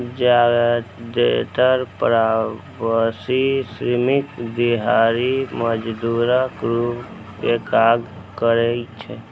जादेतर प्रवासी श्रमिक दिहाड़ी मजदूरक रूप मे काज करै छै